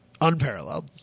unparalleled